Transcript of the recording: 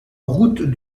rue